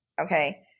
Okay